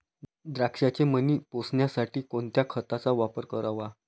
द्राक्षाचे मणी पोसण्यासाठी कोणत्या खताचा वापर करावा?